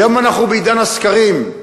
היום אנחנו בעידן הסקרים.